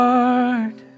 Heart